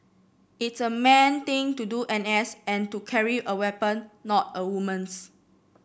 it's a man thing to do N S and to carry a weapon not a woman's